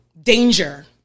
danger